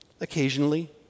Occasionally